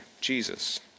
Jesus